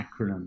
acronym